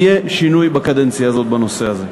יהיה שינוי בקדנציה הזאת בנושא הזה.